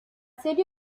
serie